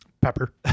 Pepper